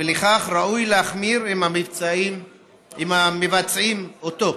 ולפיכך ראוי להחמיר עם הגונבים אותו.